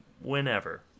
whenever